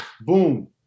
boom